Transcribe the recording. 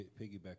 piggyback